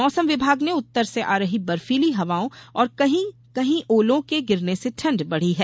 मौसम विभाग ने उत्तर से आ रही बर्फीली हवाओं और कहीं कहीं ओलों के गिरने से ठण्ड बढ़ी है